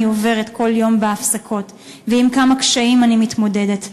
עוברת כל יום בהפסקות ועם כמה קשיים אני מתמודדת בבית,